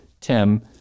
tim